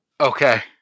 Okay